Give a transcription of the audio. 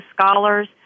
scholars